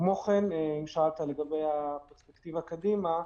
כמו כן, אם שאלת לגבי הפרספקטיבה קדימה,